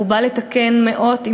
בא לתקן מאות,